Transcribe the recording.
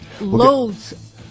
loads